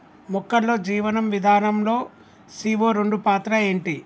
మొక్కల్లో జీవనం విధానం లో సీ.ఓ రెండు పాత్ర ఏంటి?